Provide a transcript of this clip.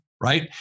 Right